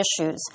issues